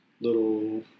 little